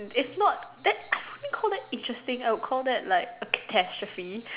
it's not that how can you call that interesting what I would call that like catastrophe